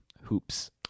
hoops